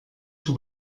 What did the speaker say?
tout